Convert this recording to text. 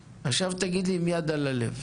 עכשיו, תגיד לי עם יד על הלב.